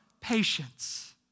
patience